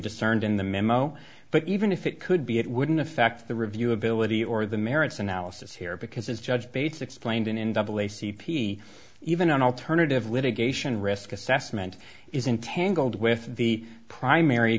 in the memo but even if it could be it wouldn't affect the review ability or the merits analysis here because as judge bates explained in double a c p even an alternative litigation risk assessment is in tangled with the primary